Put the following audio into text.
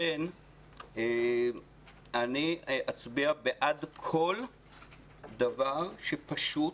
אני אצביע בעד כל דבר שפשוט